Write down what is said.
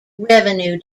revenue